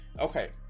okay